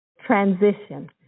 transition